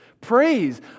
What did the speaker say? Praise